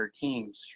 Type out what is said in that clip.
teams